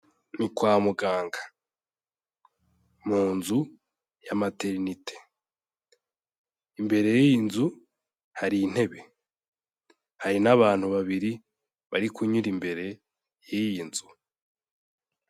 Ni kwa muganga. Mu inzu ya materinite. Imbere y'iyi, nzu hari intebe. Hari n'abantu babiri, bari kunyura imbere y'iyi nzu.